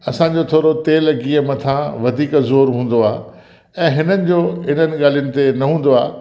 असांजो थोरो तेलु गिहु मथां वधीक ज़ोरु हूंदो आहे ऐं हिननि जो इन्हनि ॻाल्हियुनि ते न हूंदो आहे